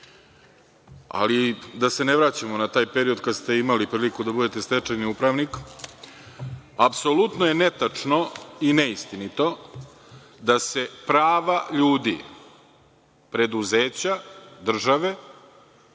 ali da se ne vraćamo na taj period kada ste imali priliku da budete stečajni upravnik. Apsolutno je netačno i neistinito da se prava ljudi, preduzeća, države,